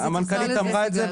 המנכ"לית אמרה את זה,